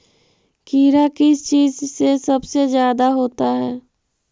कीड़ा किस चीज से सबसे ज्यादा होता है?